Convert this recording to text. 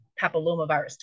papillomavirus